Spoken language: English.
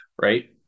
right